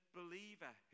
believer